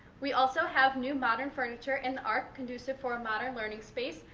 we also have new modern furniture in the arc, conducive for a modern learning space,